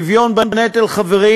חברים,